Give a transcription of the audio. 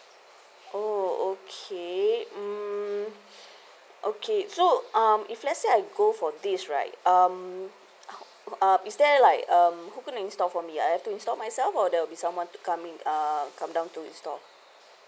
oh okay mm okay so um if let's say I go for the this right um uh is there like um who going to install for me ah I have to install myself or there will be someone to come in uh come down to install